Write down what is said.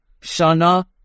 Shana